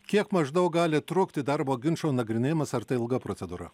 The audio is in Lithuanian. kiek maždaug gali trukti darbo ginčų nagrinėjimas ar tai ilga procedūra